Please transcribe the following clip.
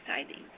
exciting